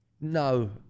no